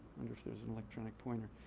wonder if there's an electronic pointer.